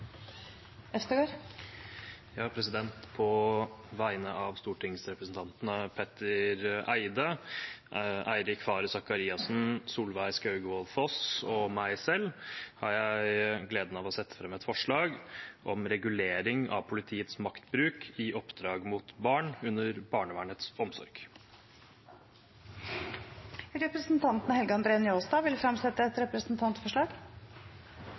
På vegne av stortingsrepresentantene Petter Eide, Eirik Faret Sakariassen, Solveig Skaugvoll Foss og meg selv har jeg gleden av å sette fram et forslag om regulering av politiets maktbruk i oppdrag mot barn under barnevernets omsorg. Representanten Helge André Njåstad vil fremsette et representantforslag.